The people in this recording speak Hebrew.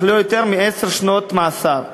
אך לא יותר מעשר שנות מאסר.